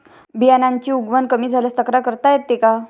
बियाण्यांची उगवण कमी झाल्यास तक्रार करता येते का?